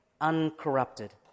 uncorrupted